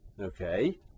Okay